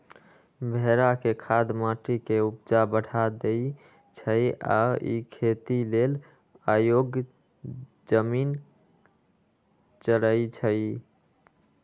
भेड़ा के खाद माटी के ऊपजा बढ़ा देइ छइ आ इ खेती लेल अयोग्य जमिन चरइछइ